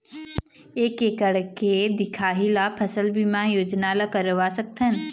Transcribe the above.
एक एकड़ के दिखाही ला फसल बीमा योजना ला करवा सकथन?